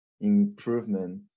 improvement